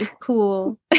Cool